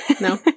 no